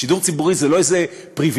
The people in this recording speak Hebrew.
שידור ציבורי זה לא איזה פריבילגיה,